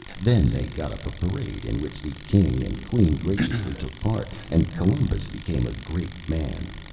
then they got up a parade in which the king and queen graciously took part, and columbus became a great man.